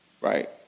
right